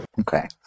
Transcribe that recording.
Okay